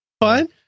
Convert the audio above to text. fine